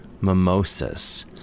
Mimosas